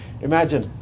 Imagine